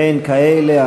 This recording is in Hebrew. אין כאלה.